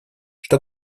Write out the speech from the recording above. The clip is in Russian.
что